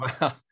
wow